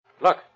look